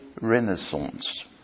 Renaissance